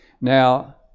Now